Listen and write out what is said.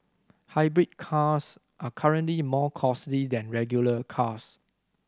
hybrid cars are currently more costly than regular cars